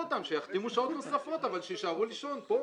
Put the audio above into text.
שיחתימו שעות נוספות אבל שיישארו לישון פה.